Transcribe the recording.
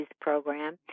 program